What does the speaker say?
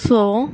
ਸੌ